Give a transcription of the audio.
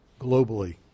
globally